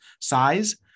size